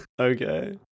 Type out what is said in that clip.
Okay